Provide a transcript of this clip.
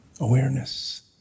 Awareness